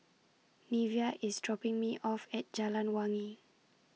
Neveah IS dropping Me off At Jalan Wangi